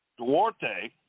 Duarte